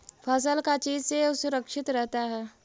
फसल का चीज से सुरक्षित रहता है?